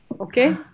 okay